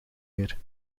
meer